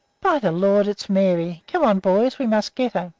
by the lord, it's mary! come on, boys we must get her